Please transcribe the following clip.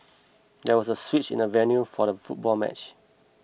there was a switch in the venue for the football match